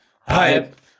hype